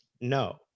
No